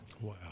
Wow